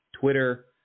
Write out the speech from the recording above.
Twitter